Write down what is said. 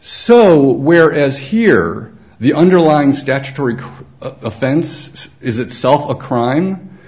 so whereas here the underlying statutory offense is itself a crime